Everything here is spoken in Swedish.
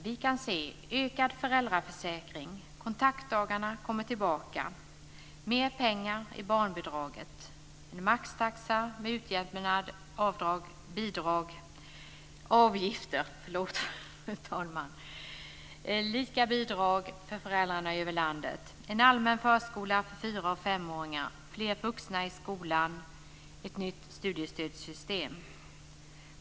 Vi kan se ökad föräldraförsäkring, kontaktdagarna kommer tillbaka, mer pengar i barnbidraget, en maxtaxa med utjämnande avgifter, lika bidrag för föräldrarna över landet, en allmän förskola för fyraoch femåringar, fler vuxna i skolan och ett nytt studiestödssystem.